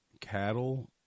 cattle